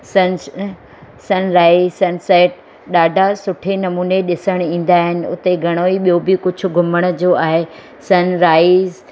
sons sunrise sunset ॾाढा सुठे नमूने ॾिसण ईंदा आहिनि उते घणेई ॿियो बि कुझु घुमण जो आहे सन राइज़